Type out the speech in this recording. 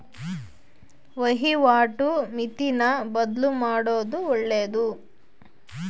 ವಹಿವಾಟು ಮಿತಿನ ಬದ್ಲುಮಾಡೊದು ಒಳ್ಳೆದು